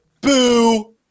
Boo